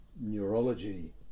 neurology